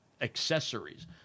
accessories